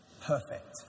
perfect